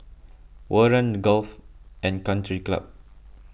Warren Golf and Country Club